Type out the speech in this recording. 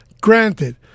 Granted